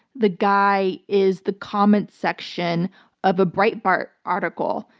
the guy is the comment section of a breitbart article.